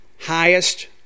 highest